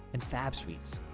and fab suites,